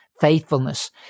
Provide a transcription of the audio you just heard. faithfulness